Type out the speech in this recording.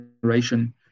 generation